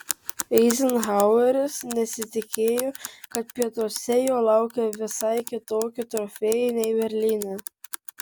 eizenhaueris nesitikėjo kad pietuose jo laukia visai kitokie trofėjai nei berlyne